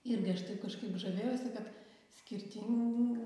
irgi aš taip kažkaip žavėjausi kad skirtinga